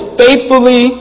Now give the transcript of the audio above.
faithfully